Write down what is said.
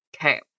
Okay